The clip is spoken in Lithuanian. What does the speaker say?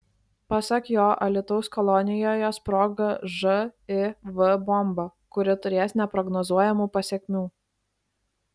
pasak jo alytaus kolonijoje sprogo živ bomba kuri turės neprognozuojamų pasekmių